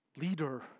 leader